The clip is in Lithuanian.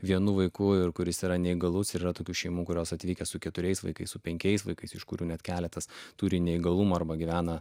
vienu vaiku ir kuris yra neįgalus yra tokių šeimų kurios atvykę su keturiais vaikais su penkiais vaikais iš kurių net keletas turi neįgalumą arba gyvena